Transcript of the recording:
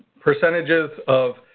percentages of